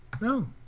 No